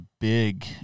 big